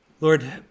lord